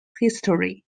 history